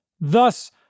Thus